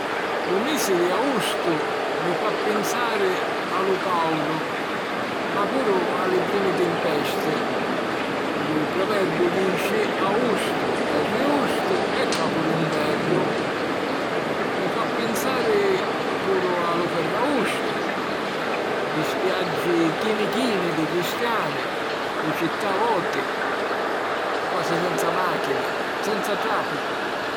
Lu misi di agustu mi fa pinsari a lu càudu ma puru a li primi timpesti; lu proverbiu dici "Agustu e rigustu è capu di nvernu". Mi fa pinsari a lu Ferragustu, li spiaggi chini chini di cristiani, li città voti, quasi senza màchini, senza tràficu.